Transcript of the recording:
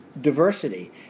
diversity